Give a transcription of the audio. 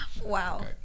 Wow